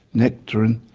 nectarine,